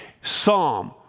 Psalm